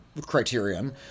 criterion